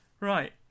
Right